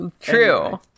True